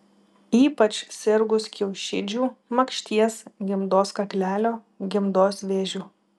ypač sirgus kiaušidžių makšties gimdos kaklelio gimdos vėžiu